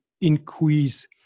increase